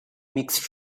mixed